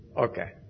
Okay